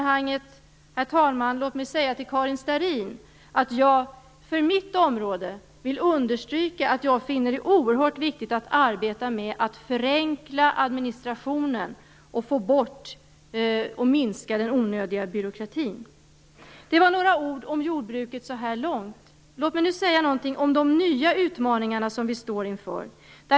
Låt mig i det sammanhanget säga till Karin Starrin att jag för mitt område vill understryka att jag finner det oerhört viktigt att arbeta med att förenkla administrationen och minska den onödiga byråkratin. Det var några ord om jordbruket så här långt. Låt mig nu säga någonting om de nya utmaningar som vi står inför.